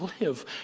live